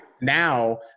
Now